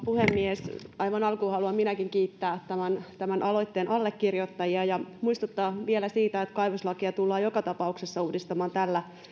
puhemies aivan alkuun haluan minäkin kiittää tämän tämän aloitteen allekirjoittajia ja muistuttaa vielä siitä että kaivoslakia tullaan joka tapauksessa uudistamaan tällä